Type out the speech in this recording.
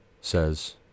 says